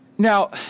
Now